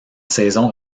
saison